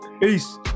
Peace